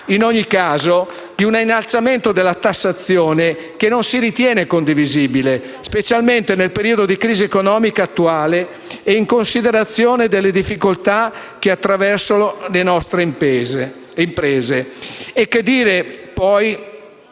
in ogni caso, di un innalzamento della tassazione che non si ritiene condivisibile, specialmente nel periodo di crisi economica attuale e in considerazione delle difficoltà che le nostre imprese